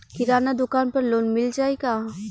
किराना दुकान पर लोन मिल जाई का?